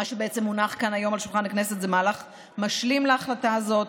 מה שבעצם מונח כאן היום על שולחן הכנסת זה מהלך משלים להחלטה הזאת,